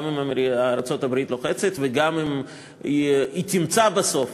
גם אם ארצות-הברית לוחצת וגם אם תימצא בסוף